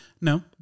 No